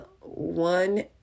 one